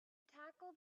tackled